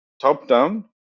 top-down